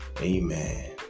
amen